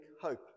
hope